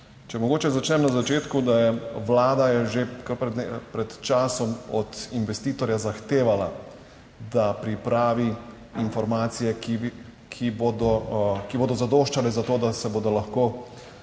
Če mogoče začnem na začetku, da je Vlada je že kar pred časom od investitorja zahtevala, da pripravi informacije, ki bodo, ki bodo zadoščale za to, da se bodo lahko